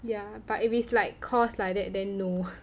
ya but if it's like cause like that then no